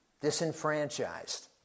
disenfranchised